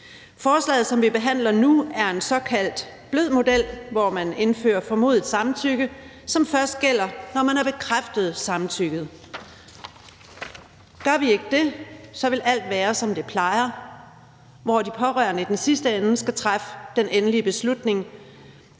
Forslaget, som vi behandler nu, er en såkaldt blød model, hvor der indføres formodet samtykke, som først gælder, når man har bekræftet samtykket. Gør man ikke det, vil alt være, som det plejer, hvor de pårørende i den sidste ende skal træffe den endelige beslutning.